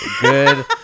Good